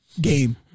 game